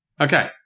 Okay